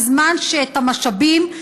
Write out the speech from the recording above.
בזמן שאת המשאבים,